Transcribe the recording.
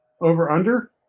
Over-under